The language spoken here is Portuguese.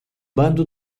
bando